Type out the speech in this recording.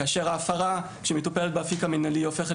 כאשר ההפרה שמטופלת באפיק המנהלי הופכת